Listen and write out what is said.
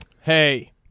Hey